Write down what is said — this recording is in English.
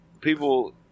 People